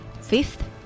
Fifth